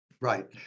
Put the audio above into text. Right